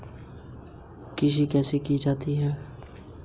क्या मैं ऋण चुकौती कम कर सकता हूँ?